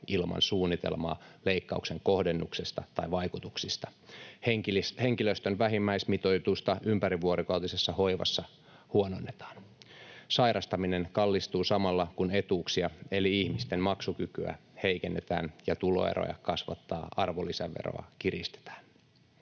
ilman suunnitelmaa leikkauksen kohdennuksesta tai vaikutuksista. Henkilöstön vähimmäismitoitusta ympärivuorokautisessa hoivassa huononnetaan. Sairastaminen kallistuu samalla kun etuuksia eli ihmisten maksukykyä heikennetään ja tuloeroja kasvattavaa arvonlisäveroa kiristetään.